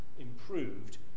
improved